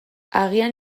agian